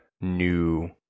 new